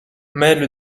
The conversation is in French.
mêle